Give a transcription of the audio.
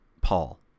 Paul